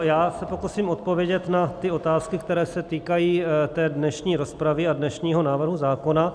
Já se pokusím odpovědět na ty otázky, které se týkají dnešní rozpravy a dnešního návrhu zákona.